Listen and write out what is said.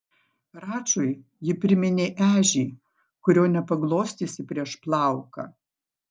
račui ji priminė ežį kurio nepaglostysi prieš plauką